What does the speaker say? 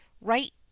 right